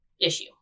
issue